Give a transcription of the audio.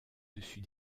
dessus